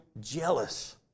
jealous